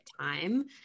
time